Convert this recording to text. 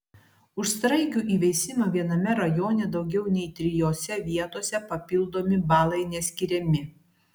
už sraigių įveisimą viename rajone daugiau nei trijose vietose papildomi balai neskiriami